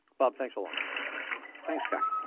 bob, thanks a lot thanks kai